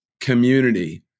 community